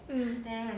mm